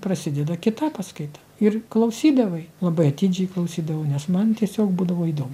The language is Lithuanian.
prasideda kita paskaita ir klausydavai labai atidžiai klausydavau nes man tiesiog būdavo įdomu